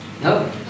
No